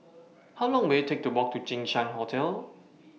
How Long Will IT Take to Walk to Jinshan Hotel